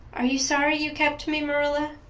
are you sorry you kept me, marilla?